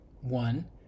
One